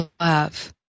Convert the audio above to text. love